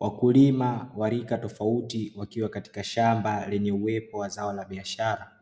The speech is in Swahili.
Wakulima wa rika tofauti wakiwa katika shamba lenye uwepo wa zao la biashara